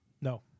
No